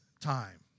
time